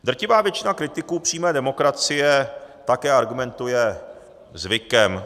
Drtivá většina kritiků přímé demokracie také argumentuje zvykem.